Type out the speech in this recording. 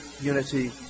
unity